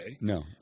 No